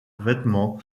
vêtements